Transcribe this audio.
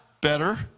Better